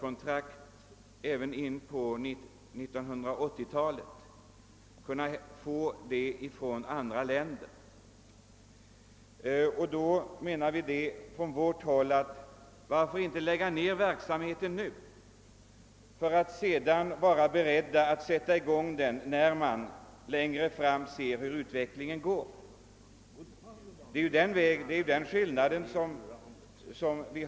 Enighet råder om att Sverige kan köpa uran från andra länder på flerårskontrakt in på 1980-talet. Varför då inte lägga ner verksamheten nu, menar vi på vårt håll, för att sedan vara beredda att sätta i gång, när man längre fram bättre kan avgöra hurudan utvecklingen blir? Däri ligger skillnaden i synsätt.